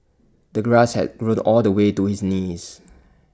the grass had grown all the way to his knees